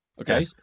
Okay